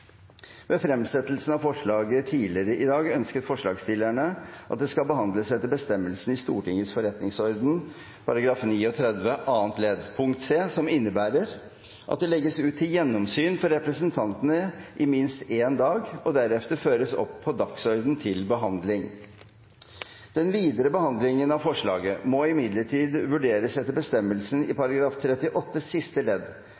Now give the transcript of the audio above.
Ved fremsettelsen av forslaget tidligere i dag ønsket forslagsstillerne at det skulle behandles etter bestemmelsen i Stortingets forretningsorden § 39, annet ledd, punkt c, som innebærer at det «legges ut til gjennomsyn for representantene i minst én dag og deretter føres opp på dagsordenen til behandling». Den videre behandlingen av forslaget må imidlertid vurderes etter bestemmelsen i § 38 siste ledd,